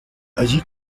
allí